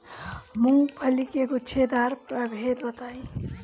मूँगफली के गूछेदार प्रभेद बताई?